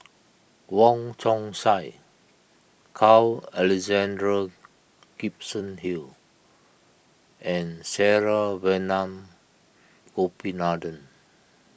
Wong Chong Sai Carl Alexander Gibson Hill and Saravanan Gopinathan